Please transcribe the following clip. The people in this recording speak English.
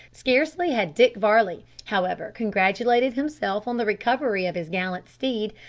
scarcely had dick varley, however, congratulated himself on the recovery of his gallant steed,